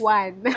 one